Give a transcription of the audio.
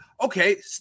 Okay